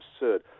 absurd